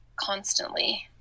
constantly